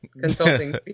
consulting